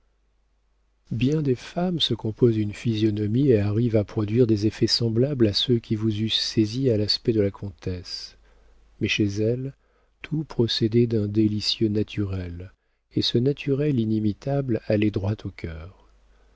bien des femmes se composent une physionomie et arrivent à produire des effets semblables à ceux qui vous eussent saisi à l'aspect de la comtesse mais chez elle tout procédait d'un délicieux naturel et ce naturel inimitable allait droit au cœur